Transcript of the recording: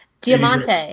Diamante